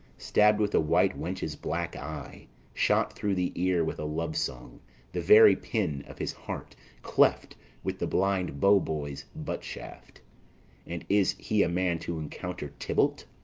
stabb'd with a white wench's black eye shot through the ear with a love song the very pin of his heart cleft with the blind bow-boy's butt-shaft and is he a man to encounter tybalt?